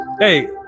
Hey